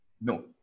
No